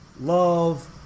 Love